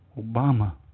Obama